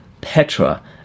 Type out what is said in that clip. Petra